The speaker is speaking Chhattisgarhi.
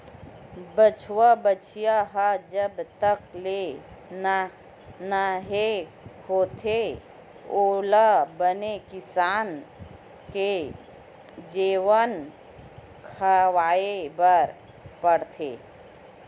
बछवा, बछिया ह जब तक ले नान्हे होथे ओला बने किसम के जेवन खवाए बर परथे